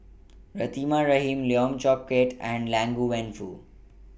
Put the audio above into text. Rahimah Rahim Lim Chong Keat and Liang Wenfu